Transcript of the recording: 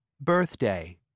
Birthday